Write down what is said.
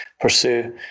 pursue